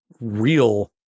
real